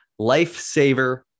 lifesaver